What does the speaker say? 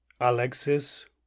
Alexis